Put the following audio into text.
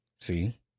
See